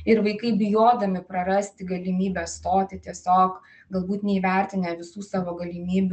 ir vaikai bijodami prarasti galimybę stoti tiesiog galbūt neįvertinę visų savo galimybių